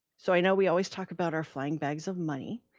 so i know we always talk about our flying bags of money.